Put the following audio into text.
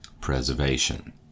preservation